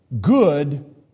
Good